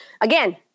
Again